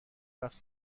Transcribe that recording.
رفت